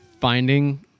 finding